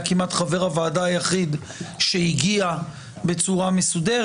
היה כמעט חבר הוועדה היחיד שהגיע בצורה מסודרת.